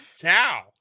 cow